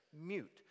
mute